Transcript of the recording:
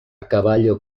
caballo